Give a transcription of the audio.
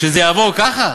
שזה יעבור ככה?